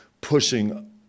pushing